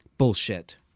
Bullshit